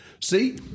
See